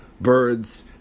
birds